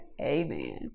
amen